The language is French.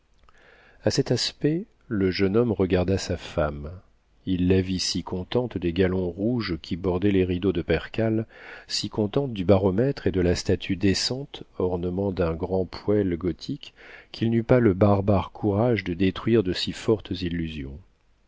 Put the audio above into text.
a cet aspect le jeune homme regarda sa femme il la vit si contente des galons rouges qui bordaient les rideaux de percale si contente du baromètre et de la statue décente ornement d'un grand poêle gothique qu'il n'eut pas le barbare courage de détruire de si fortes illusions